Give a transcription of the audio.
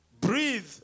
Breathe